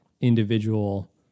individual